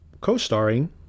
co-starring